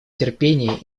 терпение